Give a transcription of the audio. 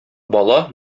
бала